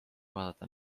vaadata